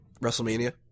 Wrestlemania